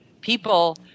People